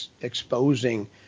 exposing